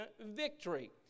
victory